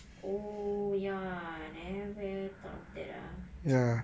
oh ya never thought of that ah